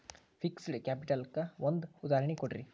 fixed capital ಕ್ಕ ಒಂದ್ ಉದಾಹರ್ಣಿ ಕೊಡ್ರಿ